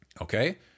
okay